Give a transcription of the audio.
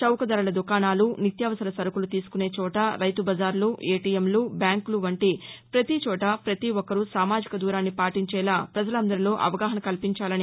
చౌకధరల దుకాణాలు నిత్యావసర సరుకులు తీసుకునే చోట రైతు బజారులు ఏటీఎంలు బ్యాంకులు వంటి వతి చోటా వతి ఒక్కరూ సామాజిక దూరాన్ని పాటించేలా వజలందరిలో అవగాహన కల్పించాలన్నారు